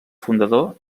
fundador